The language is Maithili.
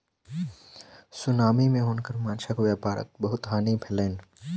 सुनामी मे हुनकर माँछक व्यापारक बहुत हानि भेलैन